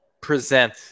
present